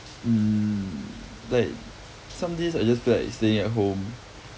mm like some days I just feel like staying at home